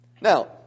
Now